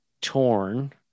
torn